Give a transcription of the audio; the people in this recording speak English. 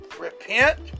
Repent